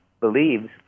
believes